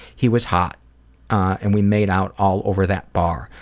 he was hot and we made out all over that bar.